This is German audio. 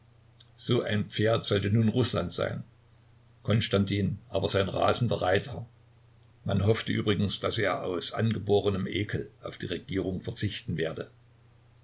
so ein pferd sollte nun rußland sein konstantin aber sein rasender reiter man hoffte übrigens daß er aus angeborenem ekel auf die regierung verzichten werde